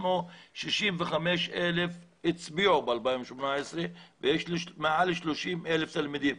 65,000 הצביעו ב-2018 ויש לי מעל 30,000 תלמידים.